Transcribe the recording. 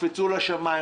תקפצו לשמיים.